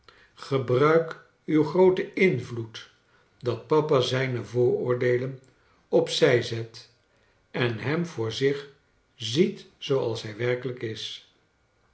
gebruik uw grooten invloed dat papa zijne vooroordeelen op zij zet en hem voor zich ziet zooals hij werkelijk is